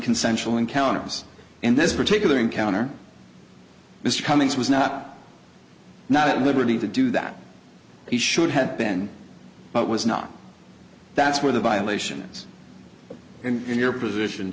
consensual encounters in this particular encounter mr cummings was not not at liberty to do that he should have been but was not that's where the violations in your position